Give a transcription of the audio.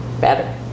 better